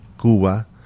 Cuba